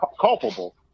culpable